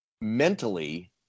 mentally